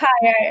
higher